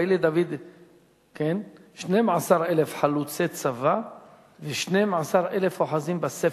היו לדוד שנים-עשר אלף חלוצי צבא ושנים-עשר אלף אוחזים בספר.